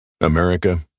America